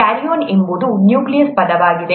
karyon ಎಂಬುದು nucleus ಪದವಾಗಿದೆ